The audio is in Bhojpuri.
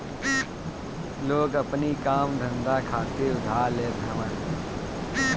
लोग अपनी काम धंधा खातिर उधार लेत हवन